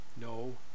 no